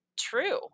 True